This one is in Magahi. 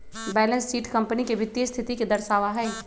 बैलेंस शीट कंपनी के वित्तीय स्थिति के दर्शावा हई